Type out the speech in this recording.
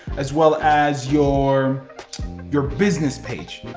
as well as your your business page.